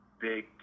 big